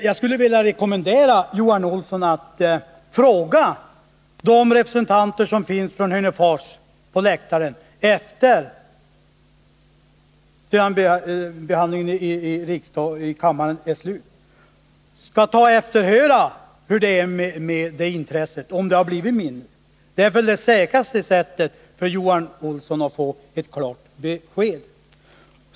Jag skulle vilja rekommendera Johan Olsson att sedan behandlingen av ärendet i kammaren är slut fråga de representanter från Hörnefors som sitter på läktaren vad de tycker och efterhöra, om intresset har blivit mindre. Det är väl det säkraste sättet att få ett klart besked.